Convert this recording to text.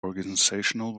organizational